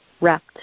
wrapped